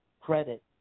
credit